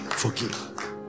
forgive